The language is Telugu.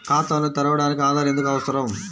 ఖాతాను తెరవడానికి ఆధార్ ఎందుకు అవసరం?